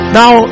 now